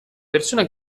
persona